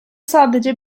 sadece